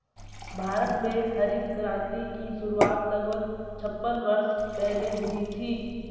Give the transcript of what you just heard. भारत में हरित क्रांति की शुरुआत लगभग छप्पन वर्ष पहले हुई थी